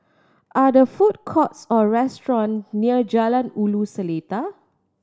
are there food courts or restaurants near Jalan Ulu Seletar